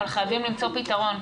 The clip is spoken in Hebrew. אבל חייבים למצוא פתרון.